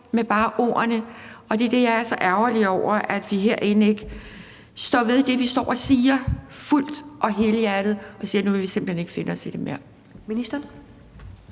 med bare ordene, og det er det, jeg er så ærgerlig over, altså at vi herinde ikke står ved det, vi fuldt og helhjertet står og siger, og siger, at nu vil vi simpelt hen ikke finde os i det mere. Kl.